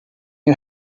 you